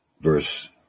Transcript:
Verse